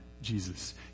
Jesus